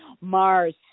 mars